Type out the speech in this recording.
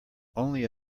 only